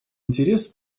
интерес